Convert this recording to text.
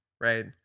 right